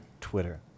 Twitter